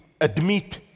admit